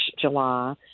July